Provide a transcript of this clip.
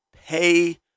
Pay